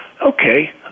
Okay